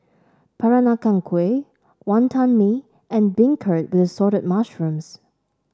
Peranakan Kueh Wantan Mee and beancurd with Assorted Mushrooms